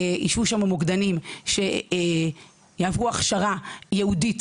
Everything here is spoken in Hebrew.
יישבו שם מוקדנים שיעברו הכשרה ייעודית